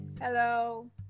Hello